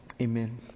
Amen